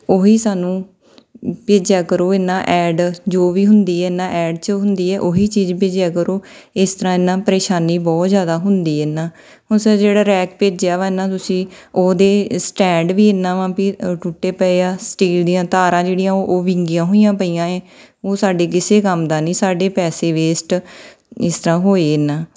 ਉਹ ਹੀ ਸਾਨੂੰ ਭੇਜਿਆ ਕਰੋ ਇਹ ਨਾ ਐਡ ਜੋ ਵੀ ਹੁੰਦੀ ਹੈ ਇਹ ਨਾ ਐਡ 'ਚ ਹੁੰਦੀ ਹੈ ਉਹ ਹੀ ਚੀਜ਼ ਭੇਜਿਆ ਕਰੋ ਇਸ ਤਰ੍ਹਾਂ ਇਹ ਨਾ ਪਰੇਸ਼ਾਨੀ ਬਹੁਤ ਜ਼ਿਆਦਾ ਹੁੰਦੀ ਹਨ ਤੁਸੀਂ ਜਿਹੜਾ ਰੈਕ ਭੇਜਿਆ ਵਾ ਇਹ ਨਾ ਤੁਸੀਂ ਉਹਦੇ ਸਟੈਂਡ ਵੀ ਇਹ ਨਾ ਵਾ ਵੀ ਟੁੱਟੇ ਪਏ ਆ ਸਟੀਲ ਦੀਆਂ ਤਾਰਾਂ ਜਿਹੜੀਆਂ ਉਹ ਉਹ ਵਿੰਗੀਆਂ ਹੋਈਆਂ ਪਈਆਂ ਹੈ ਉਹ ਸਾਡੀ ਕਿਸੇ ਕੰਮ ਦਾ ਨਹੀਂ ਸਾਡੇ ਪੈਸੇ ਵੇਸਟ ਇਸ ਤਰ੍ਹਾਂ ਹੋਏ ਇਹ ਨਾ